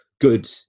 good